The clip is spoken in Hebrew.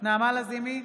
נעמה לזימי,